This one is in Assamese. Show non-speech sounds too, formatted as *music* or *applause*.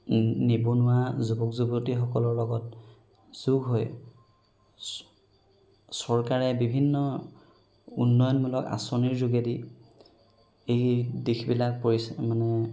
নিবনুৱা যুৱক যুৱতীসকলৰ লগত যোগ হৈ চৰকাৰে বিভিন্ন উন্নয়নমূলক আঁচনিৰ যোগেদি এই দিশবিলাক *unintelligible* মানে